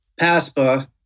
PASPA